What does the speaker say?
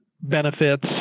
benefits